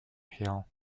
hill